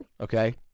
okay